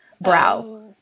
brow